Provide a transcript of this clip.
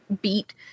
beat